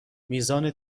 میزان